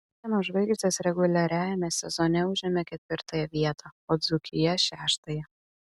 pieno žvaigždės reguliariajame sezone užėmė ketvirtąją vietą o dzūkija šeštąją